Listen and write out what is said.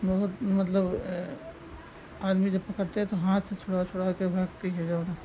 बहुत मतलब आदमी जब पकड़ते हैं तो हाथ से छुड़ा छुड़ाकर भागती है जो है